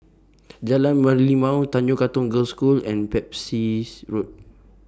Jalan Merlimau Tanjong Katong Girls' School and Pepys Road